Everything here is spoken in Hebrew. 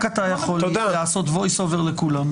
רק אתה יכול לעשות voiceover לכולם.